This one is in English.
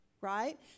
right